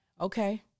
okay